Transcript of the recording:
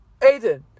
Aiden